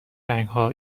رنگها